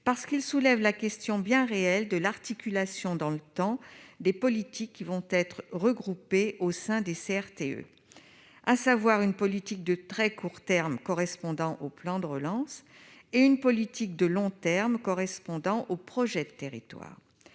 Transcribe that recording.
parce qu'il soulève la question bien réelle de l'articulation dans le temps des politiques qui seront regroupées au sein des CRTE, à savoir une politique de très court terme correspondant au plan de relance, d'une part, une politique de long terme correspond aux projets de territoire,